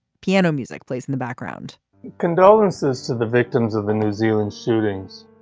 piano music plays in the background condolences to the victims of the new zealand shootings.